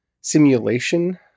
simulation